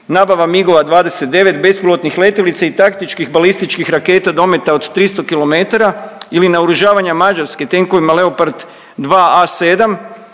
nabava MIG-ova 29, bespilotnih letjelica i taktičkih balističkih raketa dometa od 300 km ili naoružavanja Mađarske tenkovima Leopard 2A7,